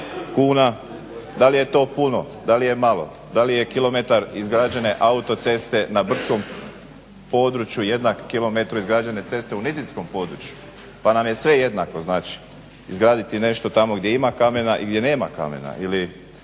Da li je to puno, da li je malo, da li je km izgrađene autoceste na brdskom području jednak km izgrađene ceste u nizinskom području pa nam je sve jednako? Znači, izgraditi nešto tamo gdje ima kamena i gdje nema kamena